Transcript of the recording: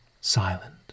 silent